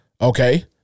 Okay